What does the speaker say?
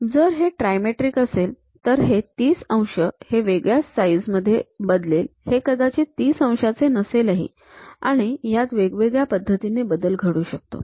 जर हे ट्रायमेट्रिक असेल तर हे ३० अंश हे वेगळ्याच साईझ मध्ये बदलेल हे कदाचित ३० अंशांचे नसेलही आणि यात वेगवेगळ्या पद्धतीने बदल घडू शकतो